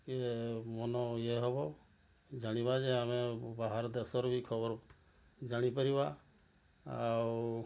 ଇଏ ମନ ଇଏ ହବ ଜାଣିବା ଯେ ଆମେ ବାହାର ଦେଶରୁ ବି ଖବର ଜାଣିପାରିବା ଆଉ